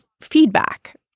feedback